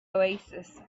oasis